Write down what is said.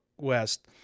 West